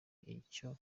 icyo